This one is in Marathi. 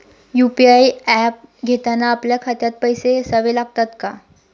यु.पी.आय ऍप घेताना आपल्या खात्यात पैसे असावे लागतात का?